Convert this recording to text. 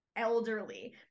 Elderly